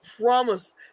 promise